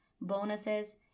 bonuses